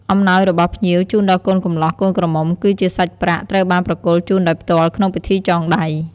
អំណោយរបស់ភ្ញៀវ ជូនដល់កូនកម្លោះកូនក្រមុំគឺជាសាច់ប្រាក់ ត្រូវបានប្រគល់ជូនដោយផ្ទាល់ក្នុងពិធីចងដៃ។